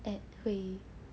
that hui yi